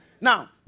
Now